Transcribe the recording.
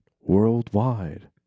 worldwide